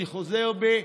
אני חוזר בי,